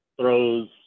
throws